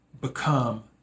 become